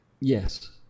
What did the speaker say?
Yes